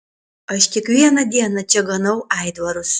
aš kiekvieną dieną čia ganau aitvarus